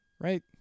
Right